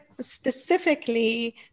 specifically